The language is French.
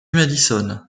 madison